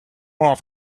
off